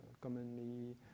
commonly